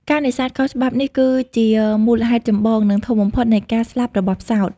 ការនេសាទខុសច្បាប់ នេះគឺជាមូលហេតុចម្បង និងធំបំផុតនៃការស្លាប់របស់ផ្សោត។